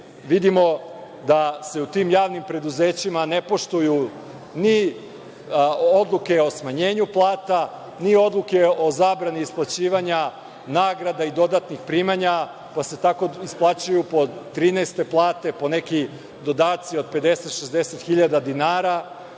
vidimo da se u tim javnim preduzećima ne poštuju ni odluke o smanjenju plata, ni odluke o zabrani isplaćivanja nagrada i dodatnih primanja, pa se tako isplaćuju 13 plate, po neki dodaci od 50, 60 hiljada dinara.